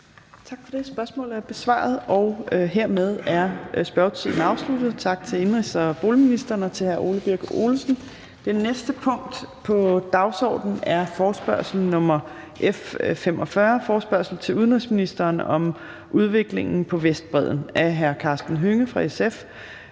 Tak for det. Spørgsmålet er besvaret. Hermed er spørgetiden afsluttet. Tak til indenrigs- og boligministeren og til hr. Ole Birk Olesen. --- Det næste punkt på dagsordenen er: 2) Forespørgsel nr. F 45: Forespørgsel til udenrigsministeren: Hvad kan regeringen oplyse om udviklingen på